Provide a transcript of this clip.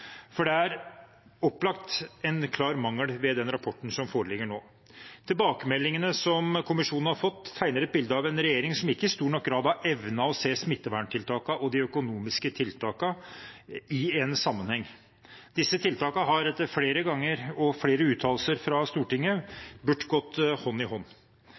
er opplagt en klar mangel ved rapporten som foreligger nå. Tilbakemeldingene som kommisjonen har fått, tegner et bilde av en regjering som ikke i stor nok grad har evnet å se smitteverntiltakene og de økonomiske tiltakene i en sammenheng. Disse tiltakene burde etter flere omganger og flere uttalelser fra Stortinget gått hånd i hånd.